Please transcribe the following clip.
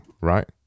right